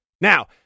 Now